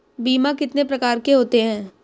बीमा कितने प्रकार के होते हैं?